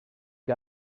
you